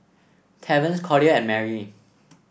Terrance Collier and Merrie